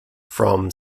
from